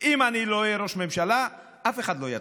אם אני לא אהיה ראש ממשלה, אף אחד לא יטוס.